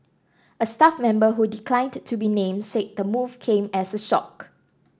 a staff member who declined to be named said the move came as a shock